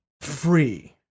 free